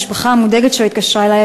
המשפחה המודאגת שלו התקשרה אלי,